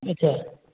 अच्छा